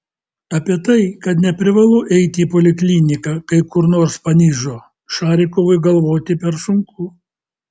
apie tai kad neprivalu eiti į polikliniką kai kur nors panižo šarikovui galvoti per sunku